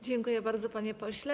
Dziękuję bardzo, panie pośle.